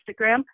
Instagram